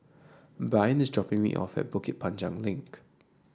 Brian is dropping me off at Bukit Panjang Link